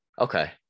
Okay